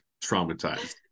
traumatized